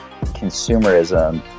consumerism